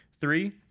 Three